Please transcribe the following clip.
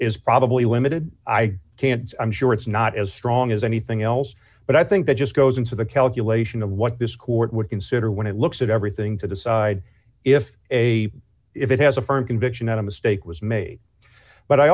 is probably limited i can't i'm sure it's not as strong as anything else but i think that just goes into the calculation of what this court would consider when it looks at everything to decide if a if it has a firm conviction that a mistake was made but i